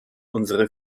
unsere